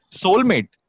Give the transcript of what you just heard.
soulmate